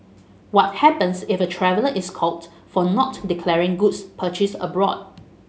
what happens if a traveller is caught for not declaring goods purchased abroad